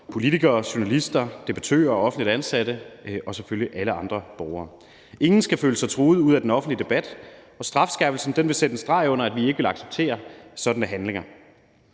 politikere, journalister, debattører, offentligt ansatte og selvfølgelig alle andre borgere. Ingen skal føle sig truet ud af den offentlige debat, og strafskærpelsen vil sætte en streg under, at vi ikke vil acceptere sådanne handlinger.